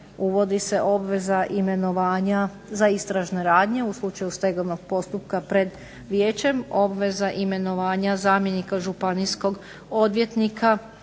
uvodi se obveza imenovanja za istražne radnje u slučaju stegovnog postupka pred vijećem. Obveza imenovanja zamjenika županijskog odvjetnika